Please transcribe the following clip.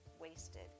wasted